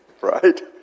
right